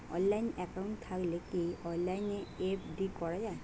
Online account থাকলে কি অনলাইনে এফ.ডি করা যায়?